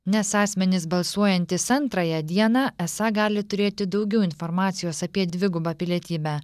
nes asmenys balsuojantys antrąją dieną esą gali turėti daugiau informacijos apie dvigubą pilietybę